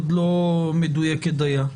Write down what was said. עוד לא מדויקת דיה.